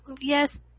yes